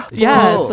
yeah,